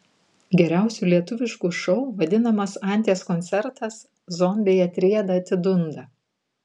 geriausiu lietuvišku šou vadinamas anties koncertas zombiai atrieda atidunda